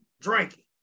drinking